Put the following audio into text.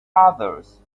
others